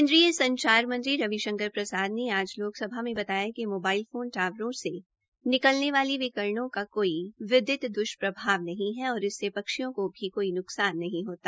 केन्द्रीय संचार मंत्री रवि शंकर प्रसाद ने आज लोकसभा में बताया कि मोबाइल फोन टावरों से निकलने वाली विकरणों का कोई विदित द्ष्प्रभाव नहीं है और इससे पक्षियों को भी कोई न्कसान नहीं होता